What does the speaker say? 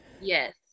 Yes